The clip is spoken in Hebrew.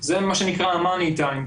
זה מה שנקרא המאני טיים,